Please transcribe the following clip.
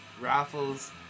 raffles